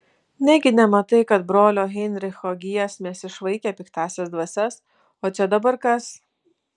negi nematai kad brolio heinricho giesmės išvaikė piktąsias dvasias o čia dabar kas